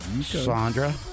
Sandra